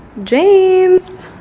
james?